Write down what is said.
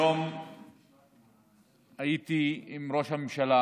היום הייתי עם ראש הממשלה,